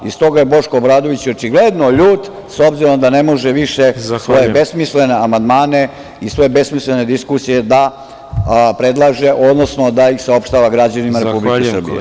S toga je Boško Obradović očigledno ljut, s obzirom da ne može više svoje besmislene amandmane i svoje besmislene diskusije da predlaže, odnosno da ih saopštava građanima Republike Srbije.